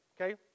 okay